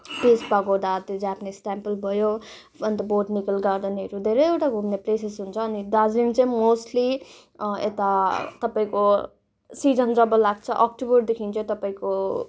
Japanese temple भयो अन्त botanical गार्डनहरू धेरैवटा घुम्ने प्लेसेस हुन्छ अनि दार्जिलिङ चाहिँ मोस्टली यता तपाईँको सिजन जब लाग्छ अक्टुबरदेखि चाहिँ तपाईँको